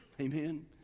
Amen